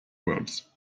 words